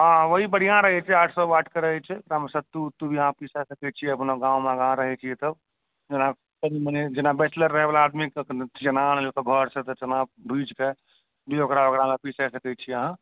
हँ वहि बढ़िआँ रहै छै आठ सओ वाटके रहै छै जहिमे सत्तू अटू भी अहाँ पीस सकै छी अपना गाँवमे अगा रहै छियै तब जेन कनि मनि जेना बैचलर रहै वाला आदमीके चना अनेलक घर सँ तऽ ओकरा भुजि कऽ ओकरा पीस सकै छी